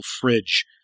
fridge